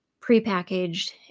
prepackaged